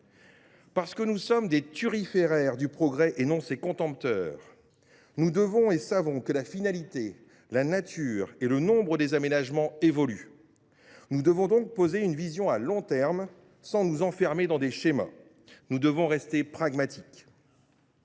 Parce que nous sommes les thuriféraires du progrès et non ses contempteurs, nous savons que la finalité, la nature et le nombre des aménagements évoluent. Nous devons donc poser une vision à long terme, sans nous enfermer dans des schémas. Nous devons rester pragmatiques.